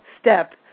step